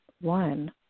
one